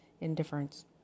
indifference